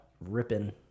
Ripping